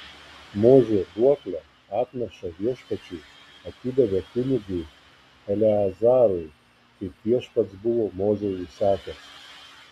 mozė duoklę atnašą viešpačiui atidavė kunigui eleazarui kaip viešpats buvo mozei įsakęs